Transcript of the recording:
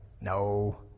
No